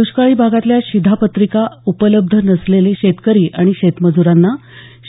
दुष्काळी भागातल्या शिधापत्रिका उपलब्ध नसलेले शेतकरी आणि शेतमज्रांना